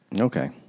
Okay